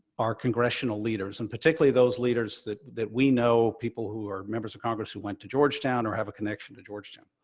our congressional leaders, and particularly those leaders that that we know, people who are members of congress who went to georgetown or have a connection to georgetown.